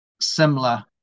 similar